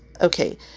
Okay